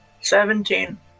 Seventeen